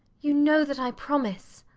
you know that i promise.